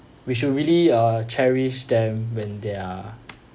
we should really uh cherish them when they are